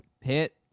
hit